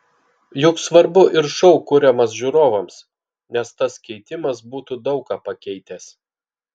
juk svarbu ir šou kuriamas žiūrovams nes tas keitimas būtų daug ką pakeitęs